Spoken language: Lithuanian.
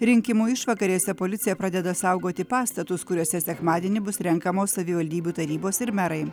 rinkimų išvakarėse policija pradeda saugoti pastatus kuriuose sekmadienį bus renkamos savivaldybių tarybos ir merai